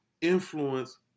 influence